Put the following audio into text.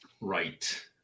Right